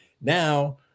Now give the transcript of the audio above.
now